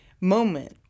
moment